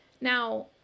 Now